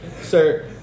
sir